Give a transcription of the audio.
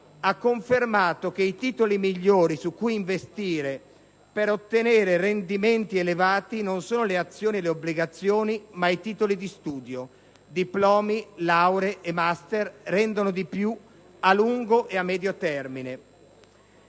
ha confermato che i titoli migliori su cui investire per ottenere rendimenti elevati non sono le azioni o le obbligazioni, ma i titoli di studio: diplomi, lauree e *master* rendono di più, nel lungo e nel medio termine.